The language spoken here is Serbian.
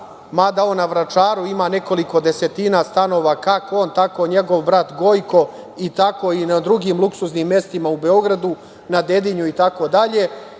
mada on na Vračaru ima nekoliko desetina stanova, kako on, tako i njegov brat Gojko, i tako i na drugim luksuznim mestima u Beogradu, na Dedinju itd.